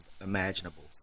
imaginable